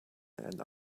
and